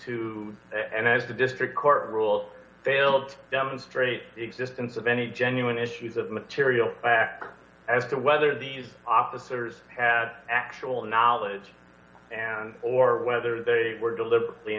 to and as the district court rules failed to demonstrate the existence of any genuine issues of material as to whether these officers had actual knowledge or whether they were deliberately